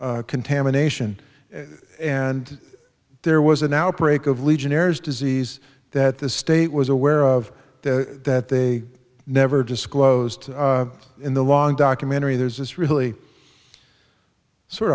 contamination and there was an outbreak of legionnaires disease that the state was aware of that they never disclosed in the long documentary there's this really sort